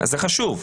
חשוב.